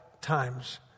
times